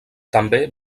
també